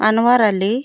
Anwar Ali